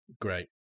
great